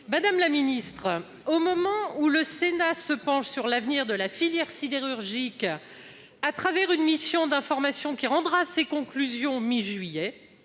Madame la secrétaire d'État, au moment où le Sénat se penche sur l'avenir de la filière sidérurgique à travers une mission d'information qui rendra ses conclusions mi-juillet,